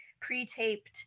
pre-taped